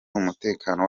umutekano